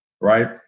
Right